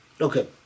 Okay